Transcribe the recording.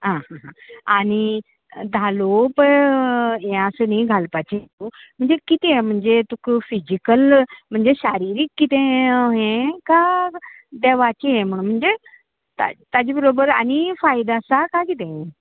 आनी धालो पळय हें आसा न्ही घालपाची म्हणजे कितें म्हणजे तुक फिझिकल म्हणजे शारिरीक कितें हें काय देवाचें हें म्हणून म्हणजे ताचे बरोबर आनी फायदे आसा काय कितें